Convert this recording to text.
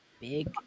big